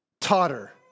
totter